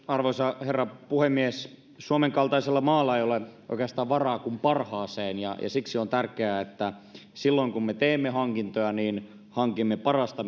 arvoisa herra puhemies suomen kaltaisella maalla ei ole oikeastaan varaa kuin parhaaseen ja siksi on tärkeää että silloin kun me teemme hankintoja hankimme parasta